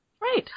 Right